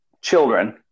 children